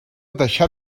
deixar